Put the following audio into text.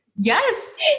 Yes